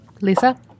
Lisa